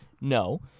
No